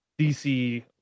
DC